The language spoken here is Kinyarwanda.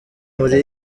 muri